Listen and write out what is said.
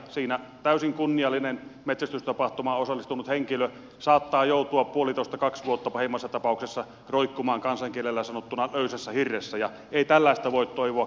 siinä täysin kunniallinen metsästystapahtumaan osallistunut henkilö saattaa joutua puolitoista vuotta kaksi vuotta pahimmassa tapauksessa roikkumaan kansankielellä sanottuna löysässä hirressäja ei tällä tavoin toivo